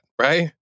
right